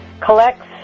collects